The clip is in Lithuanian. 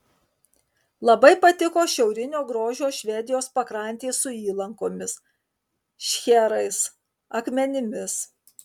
labai patiko šiaurinio grožio švedijos pakrantės su įlankomis šcherais akmenimis